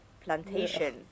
plantation